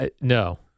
no